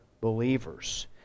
believers